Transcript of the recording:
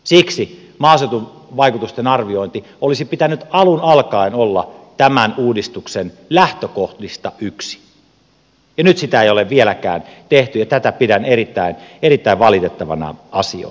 siksi maaseutuvaikutusten arvioinnin olisi pitänyt alun alkaen olla yksi tämän uudistuksen lähtökohdista ja nyt sitä ei ole vieläkään tehty ja tätä pidän erittäin valitettavana asiana